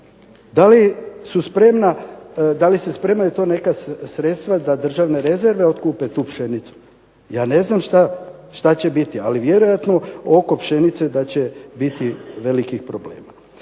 Da li se spremaju to neka sredstva da državne rezerve okupe tu pšenicu? Ja ne znam što će biti, ali vjerojatno oko pšenice da će biti velikih problema.